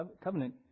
covenant